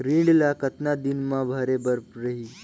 ऋण ला कतना दिन मा भरे बर रही?